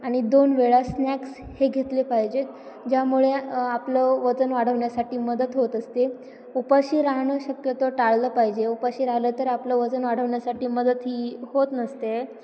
आणि दोन वेळा स्नॅक्स हे घेतले पाहिजेत ज्यामुळे आपलं वजन वाढवण्यासाठी मदत होत असते उपाशी राहणं शक्यतो टाळलं पाहिजे उपाशी राहिलं तर आपलं वजन वाढवण्यासाठी मदत ही होत नसते